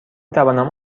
توانم